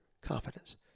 confidence